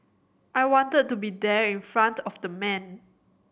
I wanted to be there in front of the man